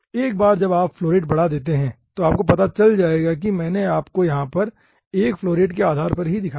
एक बार जब आप फ्लो रेट बढ़ा देते हैं तो आपको पता चल जाएगा कि मैंने आपको यहां पर फ्लो रेट के आधार पर ही दिखाया है